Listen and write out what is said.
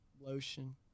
lotion